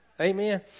Amen